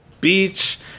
beach